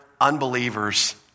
unbelievers